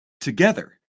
together